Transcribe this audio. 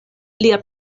lia